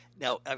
Now